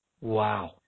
wow